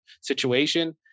situation